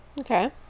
Okay